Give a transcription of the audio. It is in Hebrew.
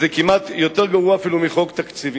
זה כמעט יותר גרוע אפילו מחוק תקציבי.